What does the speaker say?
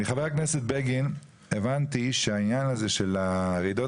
מחבר הכנסת בגין הבנתי שהעניין הזה של רעידות